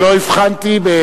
ולא הבחנתי.